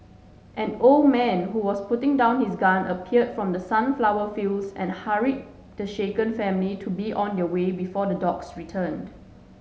an old man who was putting down his gun appeared from the sunflower fields and hurried the shaken family to be on their way before the dogs return